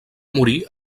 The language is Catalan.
morir